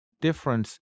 difference